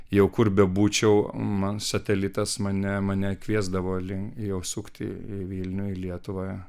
jau kur bebūčiau man satelitas mane mane kviesdavo link jų sukti į vilnių į lietuvą